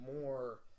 more